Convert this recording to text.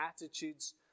attitudes